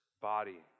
body